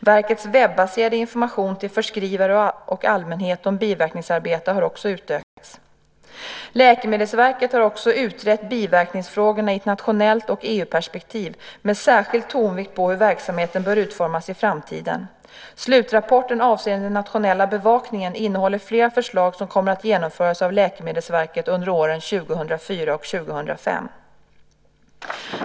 Verkets webbaserade information till förskrivare och allmänhet om biverkningsarbete har också utökats. Läkemedelsverket har också utrett biverkningsfrågorna i ett nationellt perspektiv och ett EU-perspektiv med särskild tonvikt på hur verksamheten bör utformas i framtiden. Slutrapporten avseende den nationella bevakningen innehåller flera förslag som kommer att genomföras av Läkemedelsverket under åren 2004 och 2005.